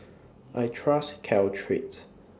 I Trust Caltrate